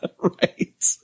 Right